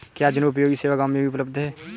क्या जनोपयोगी सेवा गाँव में भी उपलब्ध है?